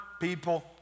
people